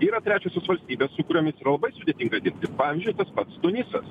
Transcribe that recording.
yra trečiosios valstybės su kuriomis yra labai sudėtinga dirbti pavyzdžiui tas pats tunisas